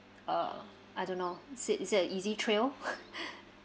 uh I don't know is it is it a easy trail